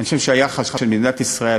אני חושב שהיחס של מדינת ישראל,